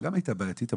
היא גם הייתה בעייתית,